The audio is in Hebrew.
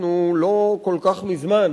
לא כל כך מזמן,